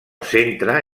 centre